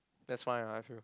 that's fine lah I feel